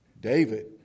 David